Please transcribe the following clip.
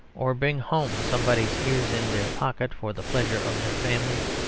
or bring home somebody's ears in their pocket for the pleasure of their families,